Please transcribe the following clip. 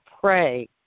pray